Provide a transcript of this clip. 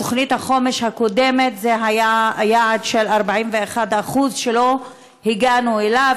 בתוכנית החומש הקודמת זה היה יעד של 41% שלא הגענו אליו,